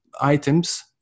items